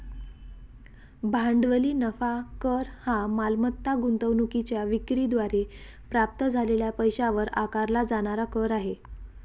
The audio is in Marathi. भांडवली नफा कर हा मालमत्ता गुंतवणूकीच्या विक्री द्वारे प्राप्त झालेल्या पैशावर आकारला जाणारा कर आहे